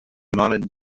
marlène